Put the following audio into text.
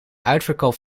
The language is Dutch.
uitverkoop